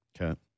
Okay